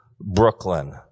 Brooklyn